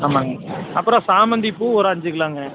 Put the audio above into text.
ஆமாங்க அப்புறோம் சாமந்திப்பூ ஒரு அஞ்சு கிலோங்க